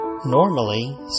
Normally